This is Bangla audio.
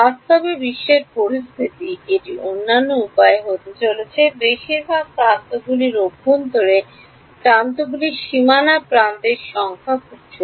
বাস্তবে বিশ্বের পরিস্থিতি এটি অন্যান্য উপায়ে হতে চলেছে বেশিরভাগ প্রান্তগুলি অভ্যন্তর প্রান্তগুলি সীমানা প্রান্তের সংখ্যা খুব ছোট